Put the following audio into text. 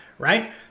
Right